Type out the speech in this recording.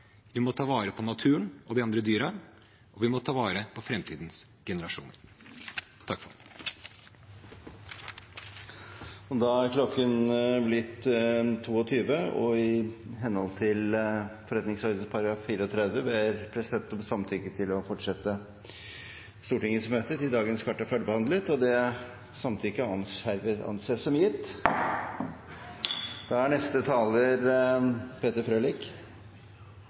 Vi må ta vare på naturen og de andre dyrene, vi må ta vare på framtidens generasjoner. Da er klokken blitt 22, og i henhold til Forretningsordenen § 34 ber presidenten om samtykke til å fortsette Stortingets møte til sakene på dagens kart er ferdigbehandlet. Samtykket anses som gitt. Denne debatten har handlet mye om de påstått økte forskjellene, diverse påstander om brutalisering og et kappløp om hvem som tror de er